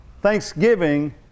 Thanksgiving